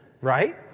right